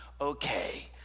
okay